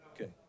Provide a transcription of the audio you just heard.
okay